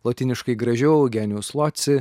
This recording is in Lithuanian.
lotyniškai gražioji genijus loci